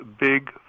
big